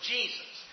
Jesus